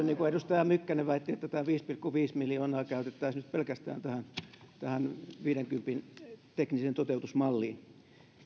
niin kuin edustaja mykkänen väitti että tämä viisi pilkku viisi miljoonaa käytettäisiin nyt pelkästään tähän tähän viidenkympin tekniseen toteutusmalliin